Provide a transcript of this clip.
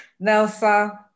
Nelsa